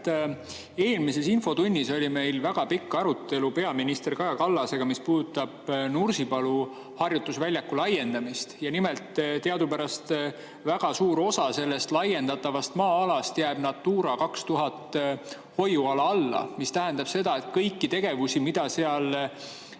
eelmises infotunnis oli meil väga pikk arutelu peaminister Kaja Kallasega selle üle, mis puudutab Nursipalu harjutusvälja laiendamist. Teadupärast jääb väga suur osa sellest laiendatavast maa-alast Natura 2000 hoiuala alla. See tähendab, et kõiki tegevusi, mida seal